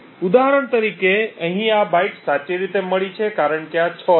તેથી ઉદાહરણ તરીકે અહીં આ બાઇટ સાચી રીતે મળી છે કારણ કે આ 6 છે